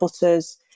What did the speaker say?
butters